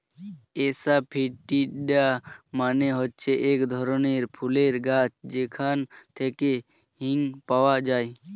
asafoetida মানে হচ্ছে এক ধরনের ফুলের গাছ যেখান থেকে হিং পাওয়া যায়